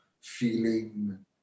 feeling